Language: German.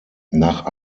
nach